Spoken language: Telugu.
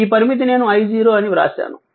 ఈ పరిమితి నేను I0 అని వ్రాసాను